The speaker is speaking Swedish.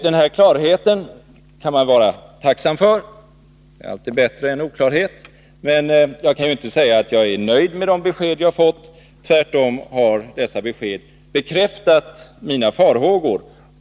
Den här klarheten kan man vara tacksam för — det är alltid bättre än oklarhet — men jag kan ju inte säga att jag är nöjd med de besked jag fått. Tvärtom har dessa besked bekräftat mina farhågor.